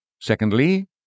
Secondly